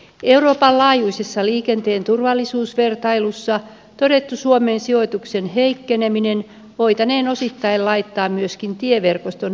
euroopan laajuisessa liikenteen turvallisuusvertailussa todettu suomen sijoituksen heikkeneminen voitaneen osittain laittaa myöskin tieverkoston heikkenemisen syyksi